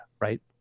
Right